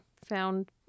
found